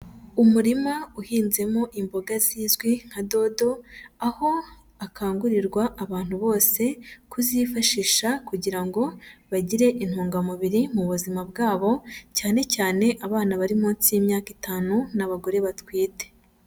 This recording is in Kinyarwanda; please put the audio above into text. Umurima uhinzemo imboga zizwi nka dodo, aho hakangurirwa abantu bose kuzifashisha kugira ngo bagire intungamubiri mu buzima bwabo, cyane cyane abana bari munsi y'imyaka itanu n'abagore batwite.